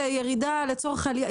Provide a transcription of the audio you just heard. זה ירידה לצורך עלייה.